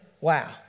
wow